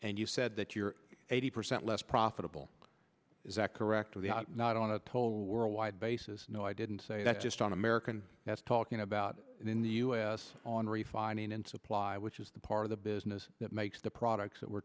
and you said that you're eighty percent less profitable is that correct not on a toll worldwide basis no i didn't say that's just un american that's talking about in the us on refining and supply which is the part of the business that makes the products that we're